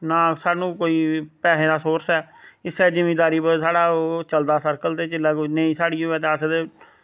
ना स्हानू कोई पैसें दा सोरस ऐ इस्सै जिमीदारी पर साढ़ा ओ चलदा सरकल ते जेल्लै कोई नेईं साढ़ी होऐ ते अस ते